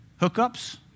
Hookups